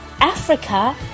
Africa